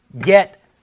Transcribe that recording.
get